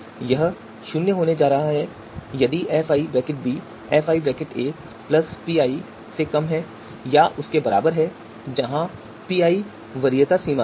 यह शून्य होने जा रहा है यदि fi fi pi से कम या उसके बराबर है जहां pi वरीयता सीमा है